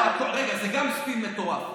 גם זה סתם ספין מטורף.